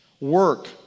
work